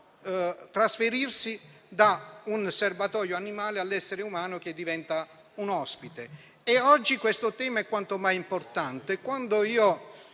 trasferirsi da un serbatoio animale all'essere umano, che ne diventa ospite. Oggi questo tema è quanto mai importante.